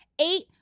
eight